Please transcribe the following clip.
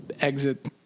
exit